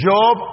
Job